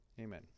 Amen